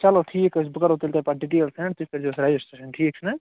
چلو ٹھیٖک حظ چھُ بہٕ کَرہو تیٚلہِ توہہِ پتہٕ ڈِٹیل سیٚنٛڈ تُہۍ کٔرۍ زیٚو رَجَسٹرٛیشَن ٹھیٖک چھُ نا